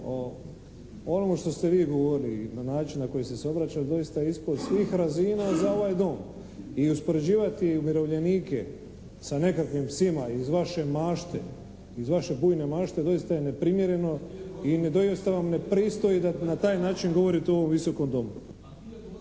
o onome što se vi govorili i na način na koji ste se obraćali doista je ispod svih razina za ovaj Dom. I uspoređivati umirovljenike sa nekakvim psima iz vaše mašte, iz vaše bujne mašte doista je neprimjereno i doista vam ne pristoji da na taj način govorite u ovom Visokom domu.